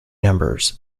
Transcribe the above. numbers